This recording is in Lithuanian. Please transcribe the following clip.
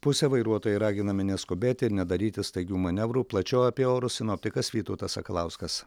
pusė vairuotojai raginami neskubėti ir nedaryti staigių manevrų plačiau apie orus sinoptikas vytautas sakalauskas